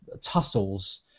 tussles